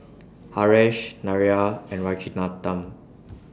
Haresh Narayana and Rajaratnam